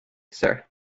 sir